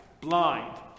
blind